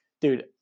dude